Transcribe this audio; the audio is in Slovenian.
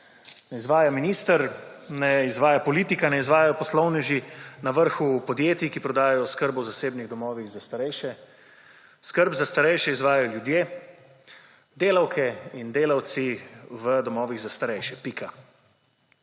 ne izvaja minister, ne izvaja politika, ne izvajajo poslovneži na vrhu podjetij, ki prodajajo oskrbo v osebnih domovih za starejše, skrb za starejše izvajajo ljudje, delavke, in delavci v domovih za starejše, pika.